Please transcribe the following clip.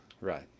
Right